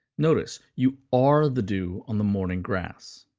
notice you are the dew on the morning grass.